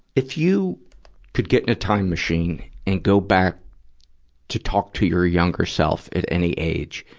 if you could get in a time machine and go back to talk to your younger self at any age,